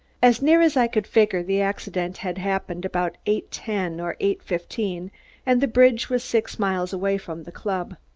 as near as i could figure, the accident had happened about eight-ten or eight-fifteen and the bridge was six miles away from the club.